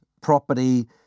property